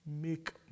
make